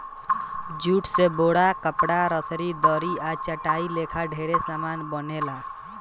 jute से बोरा, कपड़ा, रसरी, दरी आ चटाई लेखा ढेरे समान बनेला